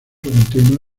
continuo